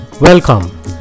Welcome